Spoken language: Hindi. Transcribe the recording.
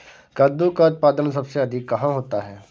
कद्दू का उत्पादन सबसे अधिक कहाँ होता है?